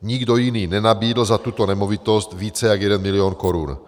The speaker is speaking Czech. Nikdo jiný nenabídl za tuto nemovitost více jak jeden milion korun.